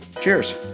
cheers